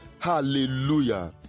Hallelujah